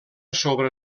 sobre